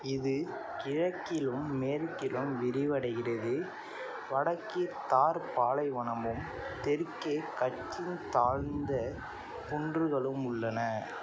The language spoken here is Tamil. இது கிழக்கிலும் மேற்கிலும் விரிவடைகிறது வடக்கில் தார் பாலைவனமும் தெற்கே கட்ச்சின் தாழ்ந்த குன்றுகளும் உள்ளன